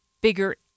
bigger